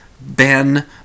Ben